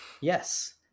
Yes